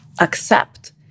accept